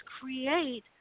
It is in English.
create